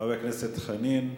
חבר הכנסת חנין.